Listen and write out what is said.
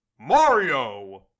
Mario